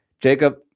jacob